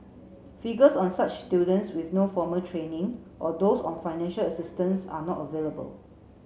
figures on such students with no formal training or those on financial assistance are not available